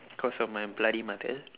cause of my bloody mother